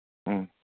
ꯎꯝ